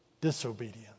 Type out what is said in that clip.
disobedience